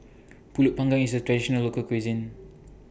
Pulut Panggang IS A Traditional Local Cuisine